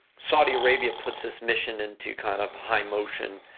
saudi arabia puts this mission into kind of high motion,